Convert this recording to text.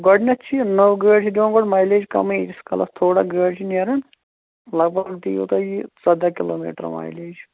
گۄڈنٮ۪تھ چھِ نٔو گٲڑۍ چھِ دِوان گۄڈٕ مایِلَیٚج کَمٕے یٖتِس کالَس تھوڑا گٲڑۍ چھِ نیران لگ بگ دِیو تۄہہِ یہِ ژۄداہ کِلوٗمیٖٹر مایِلَیٚج